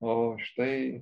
o štai